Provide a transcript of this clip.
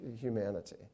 humanity